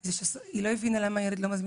זה שהיא לא הבינה למה הילד לא מזמין